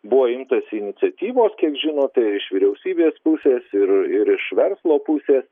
buvo imtasi iniciatyvos kiek žinote iš vyriausybės pusės ir ir iš verslo pusės